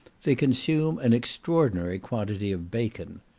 they consume an extraordinary quantity of bacon.